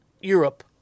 Europe